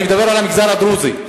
אני מדבר על המגזר הדרוזי.